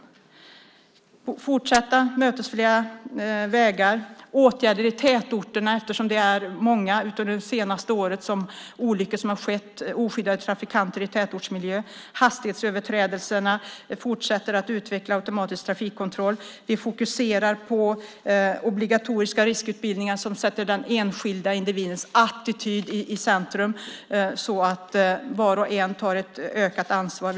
Det handlar om fortsatta mötesfria vägar, åtgärder i tätorterna - det är många av olyckorna det senaste året som har skett med oskyddade trafikanter i tätortsmiljö - och hastighetsöverträdelserna. Det handlar om att fortsätta utveckla automatisk trafikkontroll. Vi fokuserar på obligatoriska riskutbildningar som sätter den enskilda individens attityd i centrum så att var och en tar ett ökat ansvar.